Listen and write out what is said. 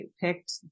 picked